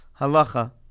halacha